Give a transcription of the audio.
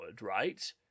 right